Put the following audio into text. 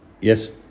Yes